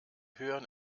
hören